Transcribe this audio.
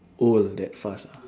old that fast ah